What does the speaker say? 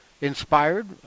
inspired